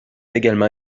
également